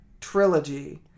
trilogy